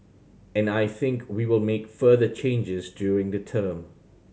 and I think we will make further changes during the term